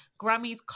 Grammys